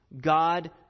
God